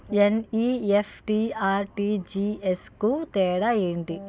NEFT, RTGS కు తేడా ఏంటి?